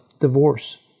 divorce